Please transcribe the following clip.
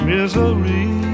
Misery